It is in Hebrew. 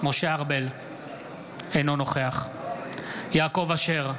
אינו נוכח יעקב אשר,